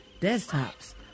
desktops